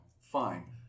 Fine